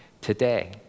Today